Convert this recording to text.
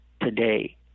today